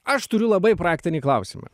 aš turiu labai praktinį klausimą